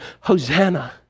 Hosanna